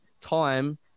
time